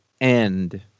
end